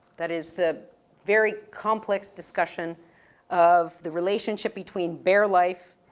that is the very complex discussion of the relationship between bare life,